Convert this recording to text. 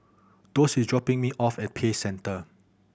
Doss is dropping me off at Peace Centre